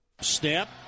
Snap